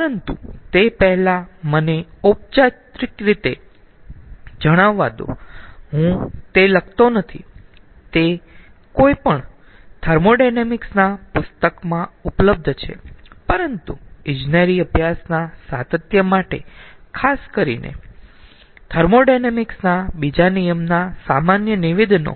પરંતુ તે પહેલાં મને ઔપચારિક રીતે જણાવવા દો હું તે લખતો નથી તે કોઈપણ થર્મોોડાયનેમિક્સ ના પુસ્તકમાં ઉપલબ્ધ છે પરંતુ ઈજનેરી અભ્યાસના સાતત્ય માટે ખાસ કરીને થર્મોોડાયનેમિક્સ ના બીજા નિયમના સામાન્ય નિવેદનો